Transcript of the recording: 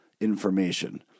information